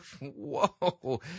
Whoa